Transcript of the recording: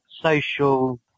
social